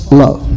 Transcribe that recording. love